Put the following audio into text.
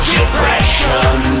Depression